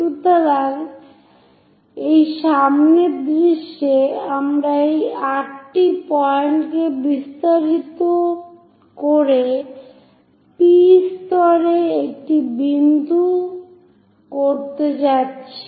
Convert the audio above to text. সুতরাং এই সামনের দৃশ্যে আমরা এই 8 টি পয়েন্টকে বিস্তারিত করে P স্তরে একটি বিন্দু করতে যাচ্ছি